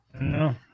No